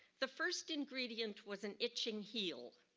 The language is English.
the first ingredient was an itching heel,